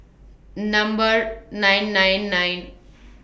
Number nine nine nine